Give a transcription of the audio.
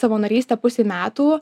savanorystę pusei metų